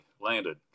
landed